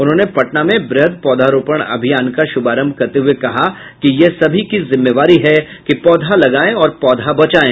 उन्होंने पटना में वृहद् पौधारोपण अभियान का शुभारंभ करते हुए कहा कि यह सभी की जिम्मेवारी है कि पौधा लगाएं और पौधा बचाएं